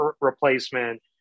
replacement